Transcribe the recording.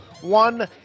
One